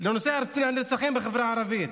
לנושא הנרצחים בחברה הערבית.